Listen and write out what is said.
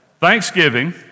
Thanksgiving